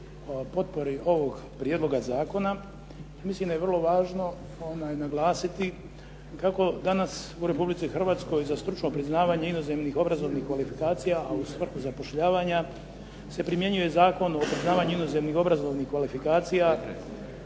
potpori ovog prijedloga zakona. Mislim da je vrlo važno naglasiti kako danas u Republici Hrvatskoj za stručno priznavanje inozemnih stručnih kvalifikacija a u svrhu zapošljavanja se primjenjuje Zakon o priznavanju inozemnih obrazovnih kvalifikacija.